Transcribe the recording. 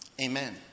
Amen